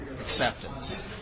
acceptance